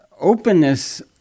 openness